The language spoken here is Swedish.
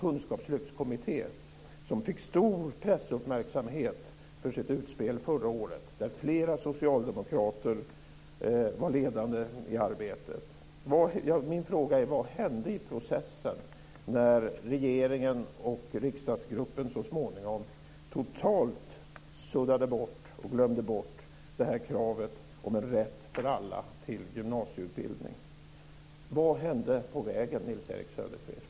Kunskapslyftskommittén fick stor pressuppmärksamhet för sitt utspel förra året. Flera socialdemokrater var ledande i arbetet. Min fråga är vad som hände i processen, när regeringen och riksdagsgruppen så småningom totalt suddade bort och glömde bort kravet på en rätt för alla till gymnasieutbildning. Vad hände på vägen, Nils-Erik Söderqvist?